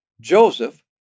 Joseph